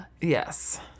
Yes